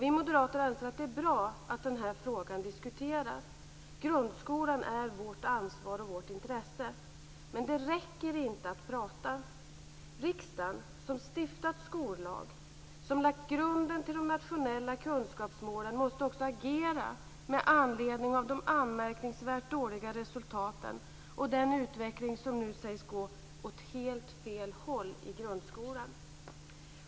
Vi moderater anser att det är bra att den här frågan diskuteras. Grundskolan är vårt ansvar och vårt intresse. Men det räcker inte att prata. Riksdagen, som stiftat skollag och som lagt grunden till de nationella kunskapsmålen, måste också agera med anledning av de anmärkningsvärt dåliga resultaten och den utveckling som nu sägs gå åt helt fel håll i grundskolan.